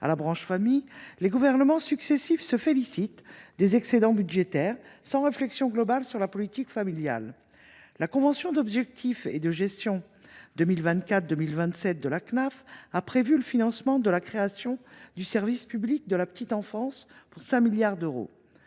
à la branche famille, les gouvernements successifs se félicitent des excédents budgétaires, sans réflexion globale sur la politique familiale. La convention d’objectifs et de gestion 2024 2027 de la Cnaf a prévu le financement de la création du service public de la petite enfance, pour 5 milliards d’euros.